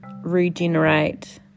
Regenerate